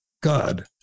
God